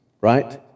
right